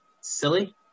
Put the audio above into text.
silly